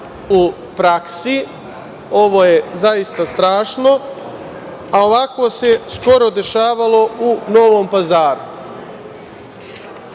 u praksi. Ovo je zaista strašno, a ovako se skoro dešavalo u Novom Pazaru.